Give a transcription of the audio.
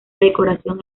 decoración